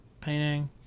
painting